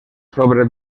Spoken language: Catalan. sobre